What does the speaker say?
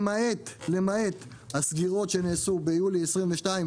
למעט הסגירות שנעשו ביולי 22',